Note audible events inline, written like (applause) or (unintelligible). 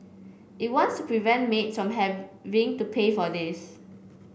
it wants to prevent maids (unintelligible) having to pay for a this